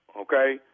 okay